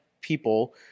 people